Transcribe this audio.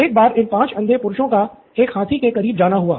एक बार इन पाँच अंधे पुरुषों का एक हाथी के करीब जाना हुआ